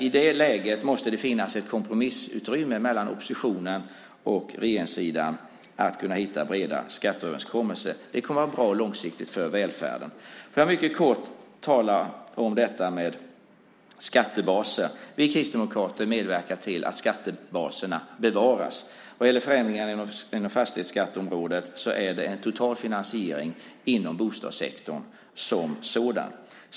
I det läget måste det finnas ett kompromissutrymme mellan oppositionen och regeringssidan för att man ska kunna hitta breda skatteöverenskommelser. Det kommer att vara bra långsiktigt för välfärden. Låt mig mycket kort tala om detta med skattebasen! Vi kristdemokrater medverkar till att skattebaserna bevaras. Vad gäller förändringarna inom fastighetsskatteområdet är det en total finansiering inom bostadssektorn som sådan.